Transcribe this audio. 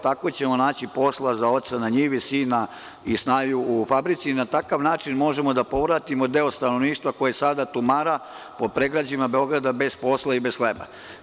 Tako ćemo naći posla za oca na njivi, sina i snaju u fabrici i na takav način možemo da povratimo deo stanovništva koji sada tumara po predgrađima Beograda bez posla i bez hleba.